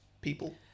People